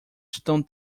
estão